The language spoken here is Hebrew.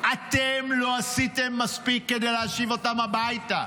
אתם לא עשיתם מספיק כדי להשיב אותם הביתה.